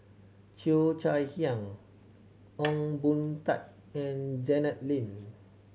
Cheo Chai Hiang Ong Boon Tat and Janet Lim